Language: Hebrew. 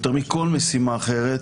יותר מכל משימה אחרת,